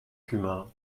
cumin